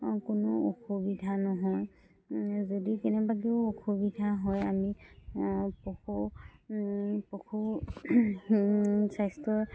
কোনো অসুবিধা নহয় যদি কেনেবাকৈও অসুবিধা হয় আমি পশু পশু স্বাস্থ্যৰ